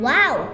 Wow